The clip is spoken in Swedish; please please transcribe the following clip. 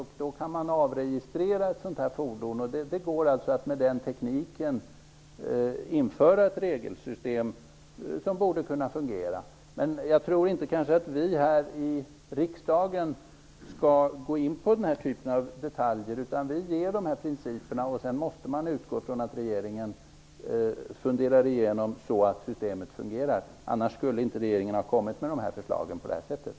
Genom att använda sig av tekniken med avregistrering går det att införa ett regelsystem som borde kunna fungera. Men jag tror inte att vi här i kammaren skall gå in på den typen av detaljer. Vi anger principerna, och sedan måste man utgå ifrån att regeringen funderar igenom systemet så att det fungerar. Annars skulle inte regeringen ha lagt fram dessa förslag.